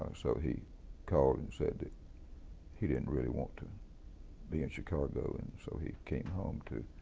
so he called and said that he didn't really want to be in chicago, and so he came home to